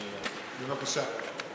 בבקשה.